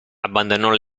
abbandonò